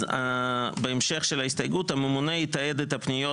אז בהמשך של ההסתייגות "הממונה יתעד את הפניות,